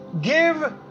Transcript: give